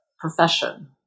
profession